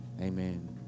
Amen